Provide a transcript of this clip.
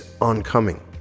oncoming